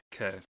Okay